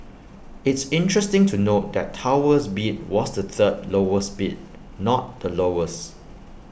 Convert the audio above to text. it's interesting to note that Tower's bid was the third lowest bid not the lowest